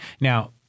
Now